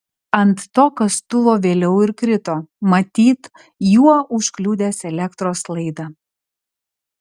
ant to kastuvo vėliau ir krito matyt juo užkliudęs elektros laidą